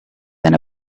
than